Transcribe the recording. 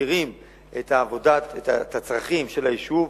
שמכירים את הצרכים של היישוב,